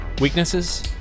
Weaknesses